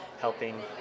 helping